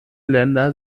länder